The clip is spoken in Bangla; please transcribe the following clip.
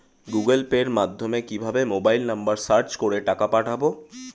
গুগোল পের মাধ্যমে কিভাবে মোবাইল নাম্বার সার্চ করে টাকা পাঠাবো?